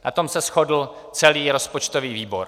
Na tom se shodl celý rozpočtový výbor.